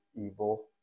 evil